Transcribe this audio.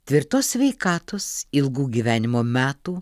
tvirtos sveikatos ilgų gyvenimo metų